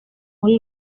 muri